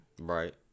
Right